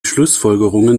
schlussfolgerungen